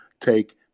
take